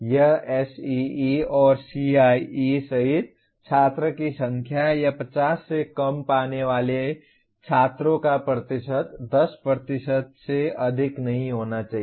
यह SEE और CIE सहित छात्र की संख्या या 50 से कम पाने वाले छात्रों का प्रतिशत 10 से अधिक नहीं होना चाहिए